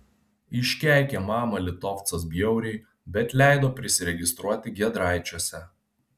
iškeikė mamą litovcas bjauriai bet leido prisiregistruoti giedraičiuose